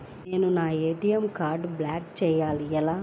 నేను నా ఏ.టీ.ఎం కార్డ్ను బ్లాక్ చేయాలి ఎలా?